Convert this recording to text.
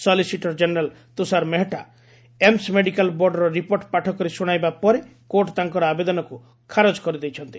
solicitor general Tushar Mehta AIIMS medical ବୋର୍ଡର report ପାଠ କରି ଶୁଣାଇବା ପରେ କୋର୍ଟ ତାଙ୍କର ଆବେଦନକୁ ଖାରଜ କରିଦେଇଛନ୍ତି